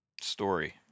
Story